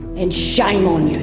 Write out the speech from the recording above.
and shame on